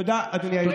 תודה, אדוני היושב-ראש.